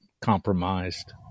compromised